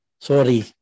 sorry